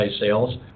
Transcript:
sales